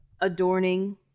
adorning